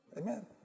Amen